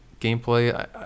gameplay